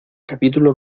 capítulo